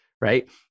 right